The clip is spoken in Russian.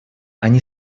они